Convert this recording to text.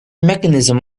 mechanism